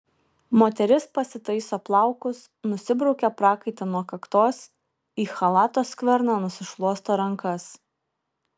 moteris pasitaiso plaukus nusibraukia prakaitą nuo kaktos į chalato skverną nusišluosto rankas